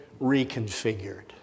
reconfigured